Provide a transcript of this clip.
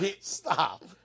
stop